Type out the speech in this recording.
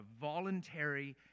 voluntary